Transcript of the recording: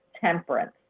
temperance